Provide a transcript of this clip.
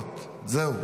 לא, את לא עונה